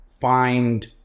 find